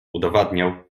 udowadniał